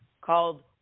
called